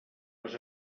les